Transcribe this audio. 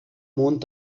mond